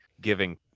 giving